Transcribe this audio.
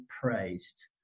praised